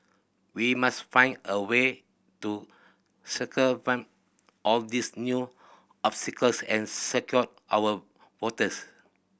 we must find a way to circumvent all these new obstacles and secure our votes